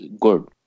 good